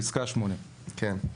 פסקה 8. כן.